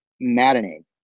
maddening